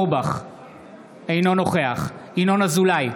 אינו נוכח ינון אזולאי,